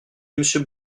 monsieur